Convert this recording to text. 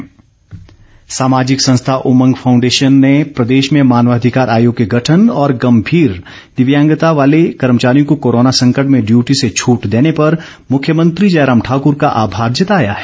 उमंग सामाजिक संस्था उमंग फांउडेशन ने प्रदेश में मानवाधिकार आयोग के गठन और गम्भीर दिव्यांगता वाले कर्मचारियों को कोरोना संकट में डयटी से छट देने पर मुख्यमंत्री जयराम ठाकर का आभार जताया है